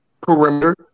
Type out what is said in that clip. perimeter